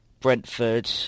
Brentford